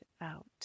out